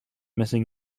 missing